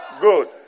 Good